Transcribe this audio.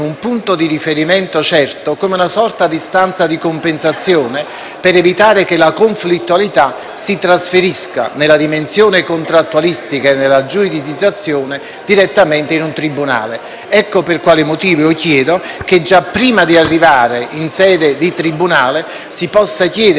a evitare che la conflittualità si trasferisca nella dimensione contrattualistica e nella giurisdizzazione direttamente in un tribunale. Ecco i motivi per i quali chiedo che già prima di arrivare in sede di tribunale, si possa chiedere il parere, cosa che già avviene oggi e che rientra nelle competenze